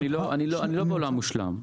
לא בעולם מושלם.